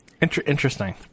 Interesting